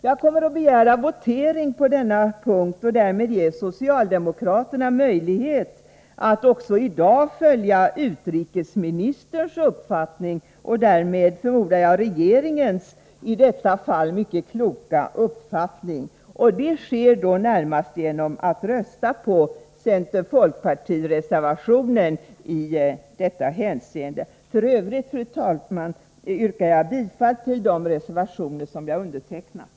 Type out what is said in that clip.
Jag kommer att begära votering på denna punkt och därmed ge socialdemokraterna möjlighet att också i dag följa utrikesministerns, och därmed förmodar jag hela regeringens, i detta fall mycket kloka uppfattning. Det kan ske närmast genom att rösta på center-folkpartireservationen i detta hänseende. F.ö., fru talman, yrkar jag bifall till de reservationer som jag undertecknat.